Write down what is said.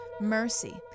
Mercy